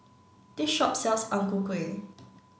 this shop sells Ang Ku Kueh